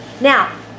Now